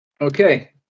Okay